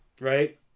Right